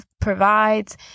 provides